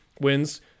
wins